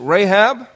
Rahab